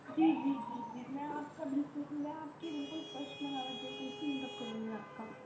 جی جی جی جی میں آپ کا بالکل میں آپ کی بالکل کرشما راوت جیسا ہی میک اپ کروں گی آپ کا